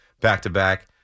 back-to-back